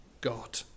God